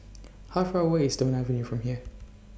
How Far away IS Stone Avenue from here